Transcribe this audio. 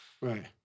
right